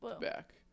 back